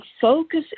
focus